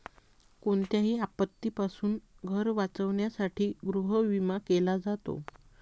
कोणत्याही आपत्तीपासून घर वाचवण्यासाठी गृहविमा केला जातो